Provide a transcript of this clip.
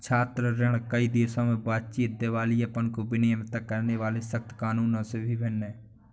छात्र ऋण, कई देशों में बातचीत, दिवालियापन को विनियमित करने वाले सख्त कानूनों में भी भिन्न है